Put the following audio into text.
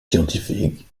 scientifique